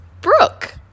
Brooke